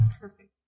Perfect